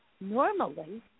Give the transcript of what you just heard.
normally